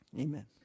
Amen